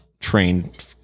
trained